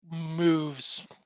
moves